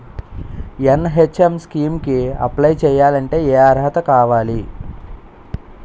NHM scheme కి apply చేయాలి అంటే ఏ అర్హత కావాలి?